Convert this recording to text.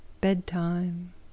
Bedtime